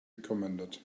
recommended